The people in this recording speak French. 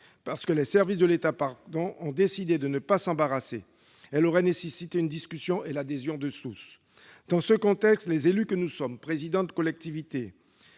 parce que les services de l'État ont décidé de ne pas s'embarrasser ! Elle aurait nécessité une discussion et l'adhésion de tous. Dans ce contexte, nous, élus- président de collectivité,